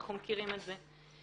אנחנו מכירים את זה.